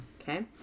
okay